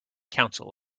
council